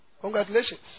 Congratulations